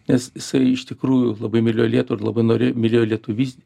nes jisai iš tikrųjų labai mylėjo lietuvą ir labai norė mylėjo lietuvyst